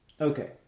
Okay